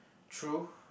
true